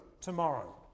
tomorrow